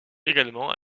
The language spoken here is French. également